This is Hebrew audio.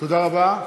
תודה רבה.